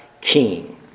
king